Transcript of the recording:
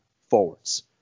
forwards